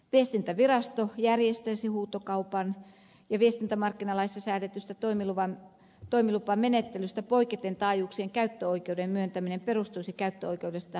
viestintävirasto järjestäisi huutokaupan ja viestintämarkkinalaissa säädetystä toimilupamenettelystä poiketen taajuuksien käyttöoikeuden myöntäminen perustuisi käyttöoikeudesta maksettavaan hintaan